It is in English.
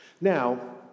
Now